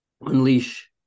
unleash